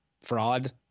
fraud